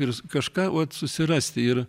ir kažką uot susirasti ir